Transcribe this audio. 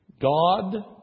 God